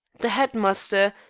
the headmaster,